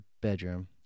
bedroom